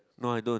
no I don't